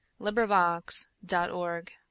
LibriVox.org